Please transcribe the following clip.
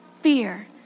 fear